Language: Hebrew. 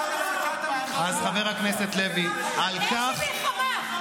--- אז חבר הכנסת מיקי, על כך --- איזו מלחמה?